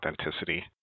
authenticity